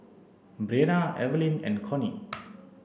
Brianna Evelyne and Connie